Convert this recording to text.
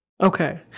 Okay